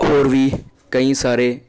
ਹੋਰ ਵੀ ਕਈ ਸਾਰੇ